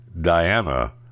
Diana